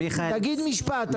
תגיד משפט עכשיו.